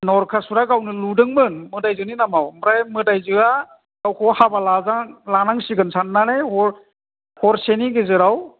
नरखासुरा गावनो लुदोंमोन मोदाइजोनि नामाव ओमफ्राय मोदाइजोआ गावखौ हाबा लानांसिगोन साननानै हरसेनि गेजेराव